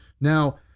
Now